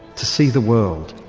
to see the world,